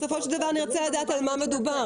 נרצה לדעת על מה מדובר.